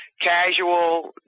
casual